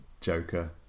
Joker